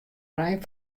rein